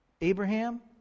Abraham